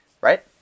right